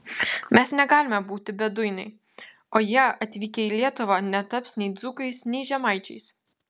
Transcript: mes negalime būti beduinai o jie atvykę į lietuvą netaps nei dzūkais nei žemaičiais